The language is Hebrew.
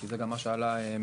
כי זה גם מה שעלה מהדוח,